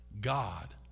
God